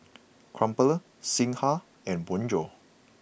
Crumpler Singha and Bonjour